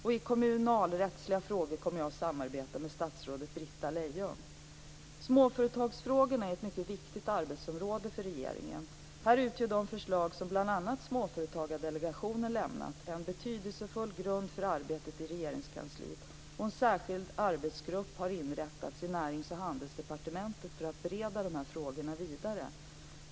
I kommunalrättsliga frågor kommer jag att samråda med statsrådet Britta Lejon. Småföretagsfrågorna är ett mycket viktigt arbetsområde för regeringen. Här utgör de förslag som bl.a. Småföretagsdelegationen lämnat en betydelsefull grund för arbetet i Regeringskansliet och en särskild arbetsgrupp har inrättats i Närings och handelsdepartementet för att bereda dessa frågor vidare.